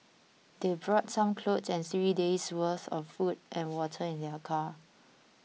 they brought some clothes and three days' worth of food and water in their car